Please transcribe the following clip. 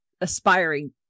aspiring